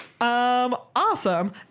Awesome